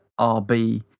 rb